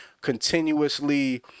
continuously